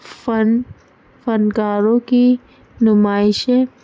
فن فنکاروں کی نمائشیں